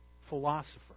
philosopher